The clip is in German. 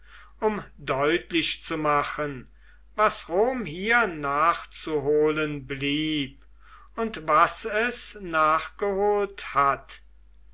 um deutlich zu machen was rom hier nachzuholen blieb und was es nachgeholt hat